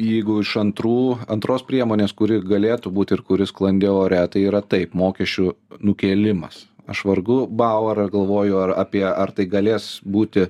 jeigu iš antrų antros priemonės kuri galėtų būt ir kuri sklandė ore tai yra taip mokesčių nukėlimas aš vargu bau ar galvoju ar apie ar tai galės būti